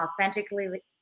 authentically